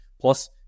plus